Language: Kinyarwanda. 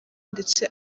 ndetse